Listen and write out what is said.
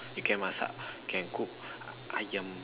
you can masak can cook ayam